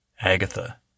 agatha